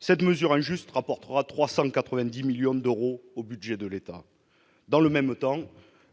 Cette mesure injuste rapportera 390 millions d'euros au budget de l'État dans le même temps,